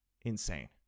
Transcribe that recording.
insane